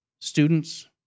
students